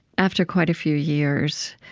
after quite a few years,